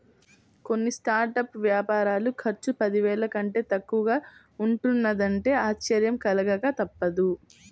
కొన్ని స్టార్టప్ వ్యాపారాల ఖర్చు పదివేల కంటే తక్కువగా ఉంటున్నదంటే ఆశ్చర్యం కలగక తప్పదు